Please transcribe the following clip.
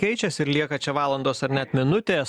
keičiasi ir lieka čia valandos ar net minutės